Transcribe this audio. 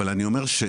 בוודאי חד משמעית.